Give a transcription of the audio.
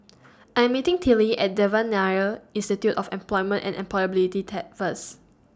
I'm meeting Tillie At Devan Nair Institute of Employment and Employability First